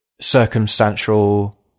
circumstantial